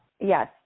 Yes